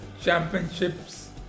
championships